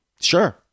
Sure